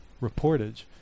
reportage